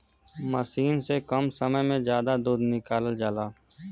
मसीन से कम समय में जादा दूध निकालल जाला